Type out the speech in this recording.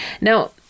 Now